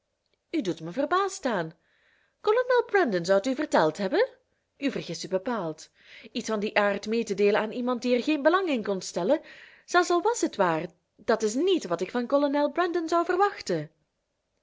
u doet me verbaasd staan kolonel brandon zou t u verteld hebben u vergist u bepaald iets van dien aard mee te deelen aan iemand die er geen belang in kon stellen zelfs al was het waar dat is niet wat ik van kolonel brandon zou verwachten